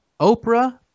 Oprah